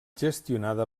gestionada